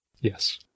Yes